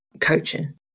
coaching